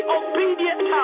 obedient